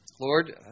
Lord